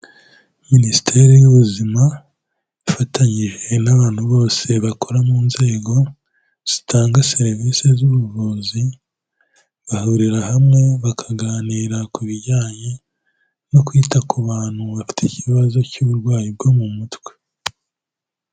Minisiteri y'ubuzima ifatanyije n'abantu bose bakora mu nzego zitanga serivisi z'ubuvuzi, bahurira hamwe bakaganira ku bijyanye no kwita ku bantu bafite ikibazo cy'uburwayi bwo mu mutwe.